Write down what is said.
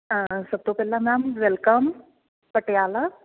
ਹਾਂ ਸਭ ਤੋਂ ਪਹਿਲਾਂ ਮੈਮ ਵੈਲਕਮ ਪਟਿਆਲਾ